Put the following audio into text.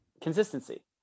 consistency